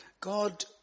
God